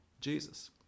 Jesus